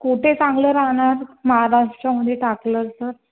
कुठे चांगलं राहणार महाराष्ट्रमध्ये टाकलं तर